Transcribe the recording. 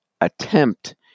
attempt